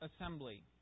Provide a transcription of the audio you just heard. assembly